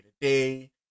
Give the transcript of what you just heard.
day